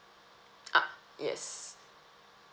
ah yes